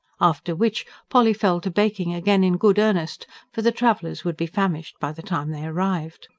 after which polly fell to baking again in good earnest for the travellers would be famished by the time they arrived.